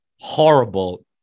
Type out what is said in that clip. horrible